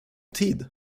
tid